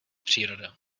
příroda